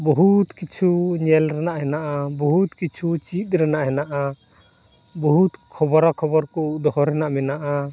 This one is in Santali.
ᱵᱩᱦᱩᱛ ᱠᱤᱪᱷᱩ ᱧᱮᱞ ᱨᱮᱭᱟᱜ ᱦᱮᱱᱟᱜᱼᱟ ᱵᱩᱦᱩᱛ ᱠᱤᱪᱷᱩ ᱪᱮᱫ ᱨᱮᱭᱟᱜ ᱦᱮᱱᱟᱜᱼᱟ ᱵᱩᱦᱩᱛ ᱠᱷᱚᱵᱽᱨᱟ ᱠᱷᱚᱵᱚᱨ ᱠᱚ ᱫᱚᱦᱚ ᱨᱮᱭᱟᱜ ᱢᱮᱱᱟᱜᱼᱟ